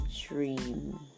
dream